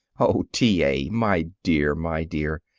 oh, t. a, my dear, my dear!